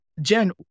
Jen